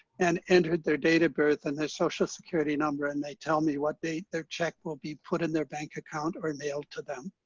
and entered their date of birth and their social security number and they tell me what date their check will be put in their bank account or mailed to them.